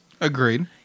Agreed